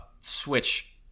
switch